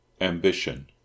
Ambition